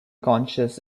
conscious